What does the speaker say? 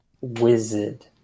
wizard